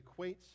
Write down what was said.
equates